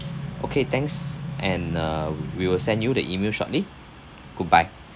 okay thanks and uh we will send you the email shortly goodbye